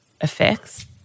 effects